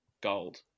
gold